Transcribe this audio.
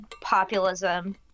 populism